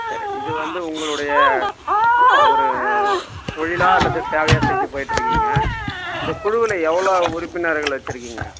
சரி இது வந்து உங்களுடைய ஒரு தொழிலாக அல்லது சேவையாக செஞ்சு போய்ட்டு இருக்கீங்க இந்த குழுவில் எவ்வளோ உறுப்பினர்கள் வைச்சிருக்கீங்க